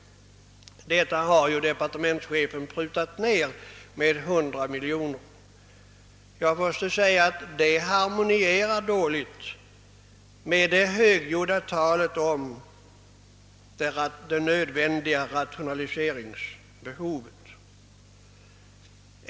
Detta har departementschefen prutat ned med 100 miljoner kronor, vilket harmonierar dåligt med det högljudda talet om det angelägna rationaliseringsbehovet.